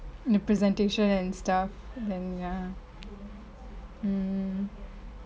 the presentation and stuff then ya mm